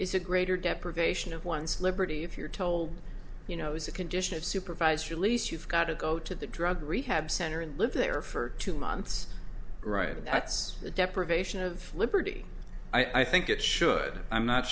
is a greater deprivation of one's liberty if you're told you know is a condition of supervised release you've got to go to the drug rehab center and live there for two months right and that's the deprivation of liberty i think it should i'm not